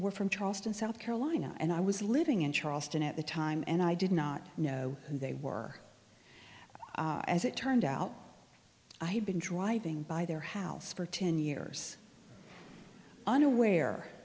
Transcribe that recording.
were from charleston south carolina and i was living in charleston at the time and i did not know who they were as it turned out i had been driving by their house for ten years unaware